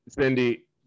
Cindy